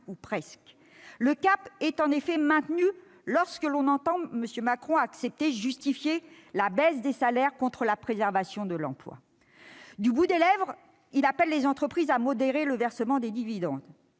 ou presque ! Le cap est maintenu quand on entend M. Macron accepter, justifier la baisse des salaires contre la préservation de l'emploi. Du bout des lèvres, il appelle les entreprises à modérer le versement des dividendes.